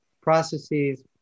processes